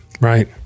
right